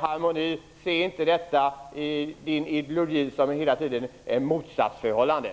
harmoni. Se inte detta i en ideologi som innebär motsatsförhållanden.